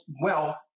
wealth